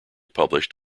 published